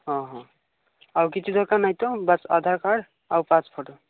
ହଁ ହଁ ଆଉ କିଛି ଦରକାର ନାହିଁ ତ ବାସ୍ ଆଧାର କାର୍ଡ୍ ଆଉ ପାସ୍ ଫଟୋ